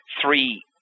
three